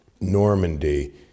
Normandy